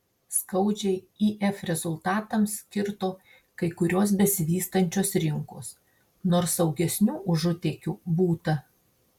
skaudžiai if rezultatams kirto kai kurios besivystančios rinkos nors saugesnių užutėkių būta